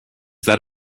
that